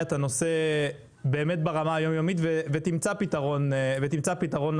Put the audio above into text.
את הנושא ברמה היומיומית ותמצא את הפתרון לנושא.